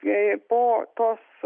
jei po tos